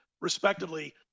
respectively